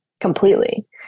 completely